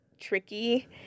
tricky